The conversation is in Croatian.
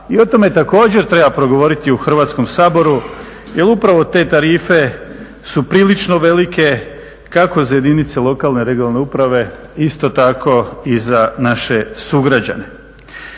i o tome također treba progovoriti u Hrvatskom saboru jer upravo te tarife su prilično velike kako za jedinice lokalne, regionalne uprave isto tako i za naše sugrađane.